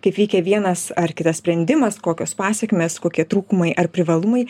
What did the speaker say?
kaip veikia vienas ar kitas sprendimas kokios pasekmės kokie trūkumai ar privalumai